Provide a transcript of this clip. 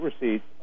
receipts